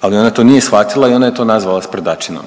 Ali ona to nije shvatila i ona je to nazvala sprdačinom.